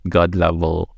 God-level